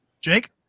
jake